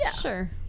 Sure